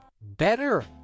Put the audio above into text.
better